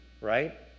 right